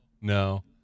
no